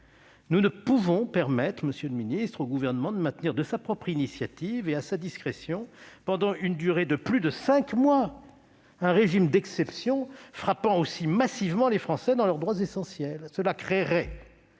le Gouvernement, monsieur le ministre, à maintenir de sa propre initiative, et à sa discrétion, pendant une durée de plus de cinq mois, un régime d'exception frappant massivement les Français dans leurs droits essentiels. Cela créerait